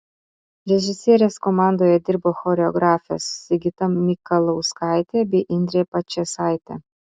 režisierės komandoje dirbo choreografės sigita mikalauskaitė bei indrė pačėsaitė